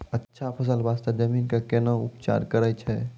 अच्छा फसल बास्ते जमीन कऽ कै ना उपचार करैय छै